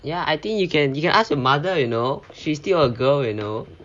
ya I think you can you can ask your mother you know she's still a girl you know